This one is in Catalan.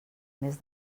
més